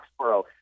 Foxborough